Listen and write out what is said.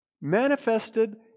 manifested